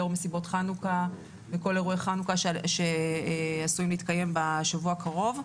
לאור מסיבות חנוכה וכל אירועי חנוכה שעשויים להתקיים בשבוע הקרוב,